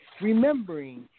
Remembering